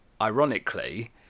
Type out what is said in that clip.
ironically